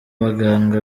baganga